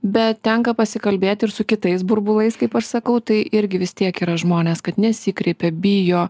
bet tenka pasikalbėti ir su kitais burbulais kaip aš sakau tai irgi vis tiek yra žmonės kad nesikreipia bijo